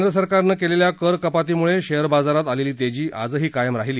केंद्र सरकारनं केलेल्या करकपातीम्ळे शेअर बाजारात आलेली तेजी आजही कायम राहिली